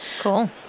Cool